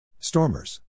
Stormers